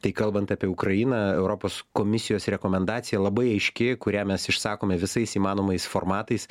tai kalbant apie ukrainą europos komisijos rekomendacija labai aiški kurią mes išsakome visais įmanomais formatais